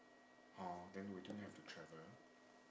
hor then we don't have to travel